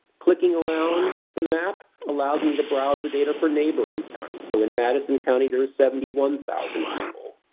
clicking around the map allows me to browse the data for neighboring counties. so, in madison county there is seventy one thousand people.